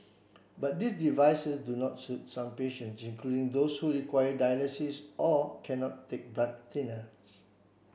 but these devices do not suit some patients including those who require dialysis or cannot take blood thinners